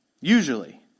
usually